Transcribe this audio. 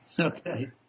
Okay